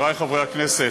חברי חברי הכנסת,